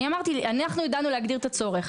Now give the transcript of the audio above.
אנחנו ידענו להגדיר את הצורך,